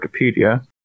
Wikipedia